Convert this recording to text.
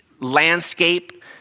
landscape